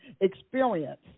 experience